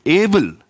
able